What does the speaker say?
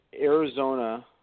Arizona